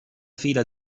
fila